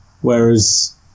Whereas